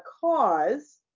cause